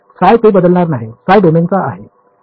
साय ते बदलणार नाहीत साय डोमेनचा आहे